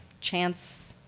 chance